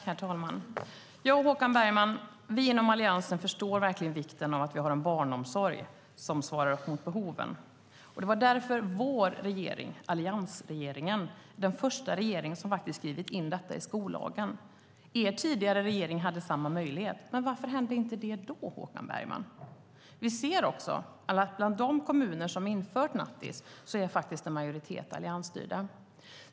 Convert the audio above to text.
Herr talman! Vi inom Alliansen förstår verkligen vikten av att vi har en barnomsorg som svarar mot behoven, Håkan Bergman. Det var därför vår regering, alliansregeringen, var den första regering som skrev in detta i skollagen. Er tidigare regering hade samma möjlighet. Men varför hände inte det då, Håkan Bergman? Vi ser att bland de kommuner som har infört nattis är en majoritet alliansstyrda.